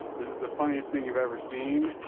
this is the funniest thing you've ever seen.